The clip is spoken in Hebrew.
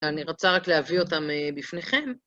אני רוצה רק להביא אותם בפניכם.